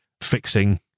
fixing